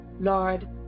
Lord